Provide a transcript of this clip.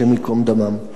השם ייקום דמם.